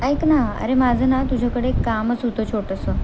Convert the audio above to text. ऐक ना अरे माझं ना तुझ्याकडे एक कामच होतं छोटंसं